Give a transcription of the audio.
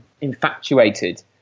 infatuated